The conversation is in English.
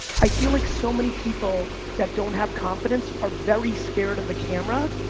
i feel like so many people that don't have confidence are very scared of the camera,